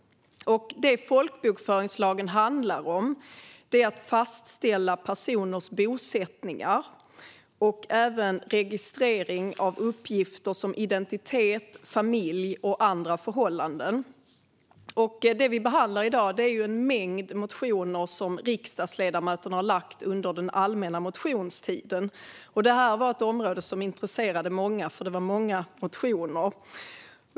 Folkbokföringslagen handlar om att fastställa personers bosättningar och även att registrera uppgifter såsom identitet, familj och andra förhållanden. Det vi i dag behandlar är en mängd motioner som riksdagsledamöterna har lagt fram under den allmänna motionstiden. Detta var ett område som intresserade många; det kom in många motioner.